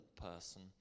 person